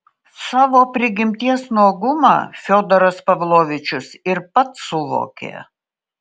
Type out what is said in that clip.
savo prigimties nuogumą fiodoras pavlovičius ir pats suvokė